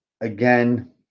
again